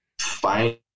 find